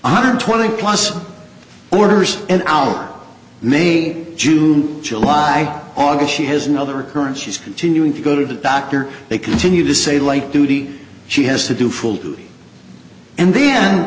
one hundred twenty plus orders and hour may june july august she has another occurrence she's continuing to go to the doctor they continue to say light duty she has to do full duty and then